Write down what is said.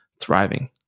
thriving